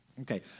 Okay